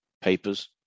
papers